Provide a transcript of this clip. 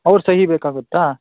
ಅವ್ರ ಸಹಿ ಬೇಕಾಗುತ್ತಾ